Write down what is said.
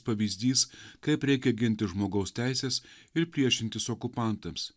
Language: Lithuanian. pavyzdys kaip reikia ginti žmogaus teises ir priešintis okupantams